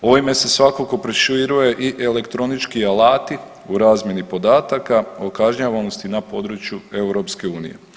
Ovime se svakako proširuje i elektronički alati u razmjeni podataka o kažnjavanosti na području EU.